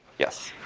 yes.